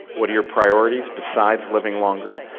what are your priorities besides living longer,